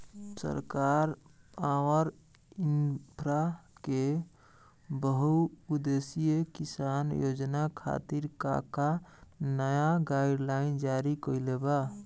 सरकार पॉवरइन्फ्रा के बहुउद्देश्यीय किसान योजना खातिर का का नया गाइडलाइन जारी कइले बा?